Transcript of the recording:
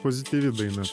pozityvi daina